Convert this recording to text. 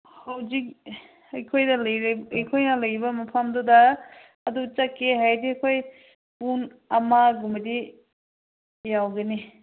ꯍꯧꯖꯤꯛ ꯑꯩꯈꯣꯏꯅ ꯂꯩꯔꯤꯕ ꯃꯐꯝꯗꯨꯗ ꯑꯗꯨ ꯆꯠꯀꯦ ꯍꯥꯏꯔꯗꯤ ꯑꯩꯈꯣꯏ ꯄꯨꯡ ꯑꯃꯒꯨꯝꯕꯗꯤ ꯌꯧꯒꯅꯤ